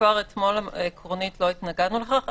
כבר אתמול עקרונית לא התנגדנו לכך.